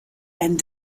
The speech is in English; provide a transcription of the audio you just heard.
and